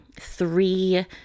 three